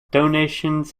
donations